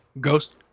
Ghost